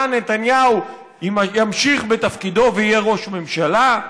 נתניהו ימשיך בתפקידו ויהיה ראש ממשלה.